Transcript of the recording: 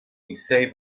essay